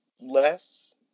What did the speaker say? less